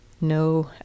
No